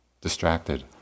distracted